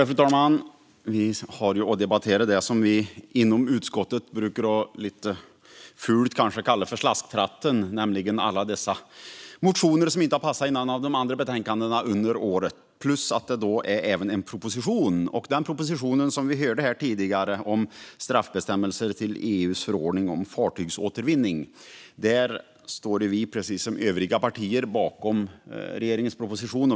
Fru talman! Vi har att debattera det som vi inom utskottet kanske lite fult brukar kalla för slasktratten. Det är alla dessa motioner som inte har passat in i andra betänkanden under året. Det finns också en proposition. Som vi hörde här tidigare handlar det om straffbestämmelser till EU:s förordning om fartygsåtervinning. Där står vi precis som övriga partier bakom regeringens proposition.